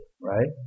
right